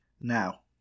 Now